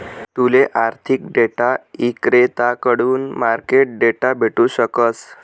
तूले आर्थिक डेटा इक्रेताकडथून मार्केट डेटा भेटू शकस